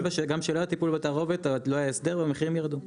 גם כשלא היה טיפול בתערובת לא היה הסדר והמחירים ירדו.